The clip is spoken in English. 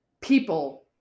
people